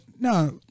no